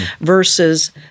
versus